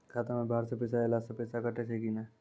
खाता मे बाहर से पैसा ऐलो से पैसा कटै छै कि नै?